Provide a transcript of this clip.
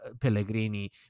Pellegrini